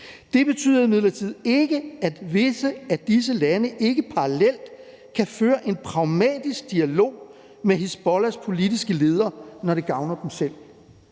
Det betyder imidlertid ikke, at visse af disse lande ikke parallelt kan føre en pragmatisk dialog med Hizbollahs politiske ledere, når det gavner dem selv«.